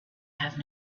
have